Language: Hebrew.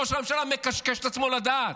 ראש הממשלה מקשקש את עצמו לדעת.